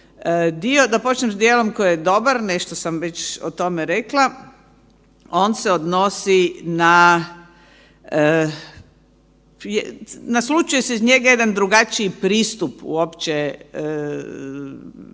Da počnem s dijelom koji je dobar, nešto sam već o tome rekla, on se odnosi naslućuje se iz njega jedan drugačiji pristup uopće